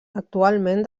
actualment